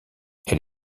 elle